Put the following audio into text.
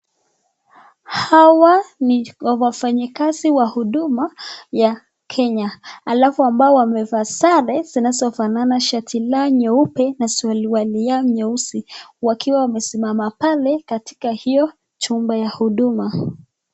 Hawa ni wafanyakazi wa huduma ya Kenya, alafu ambao wamevaa sare zinazofanana shati nyeupe na suruali nyeusi, wakiwa wamesimama pale katika hiyo chumba cha huduma.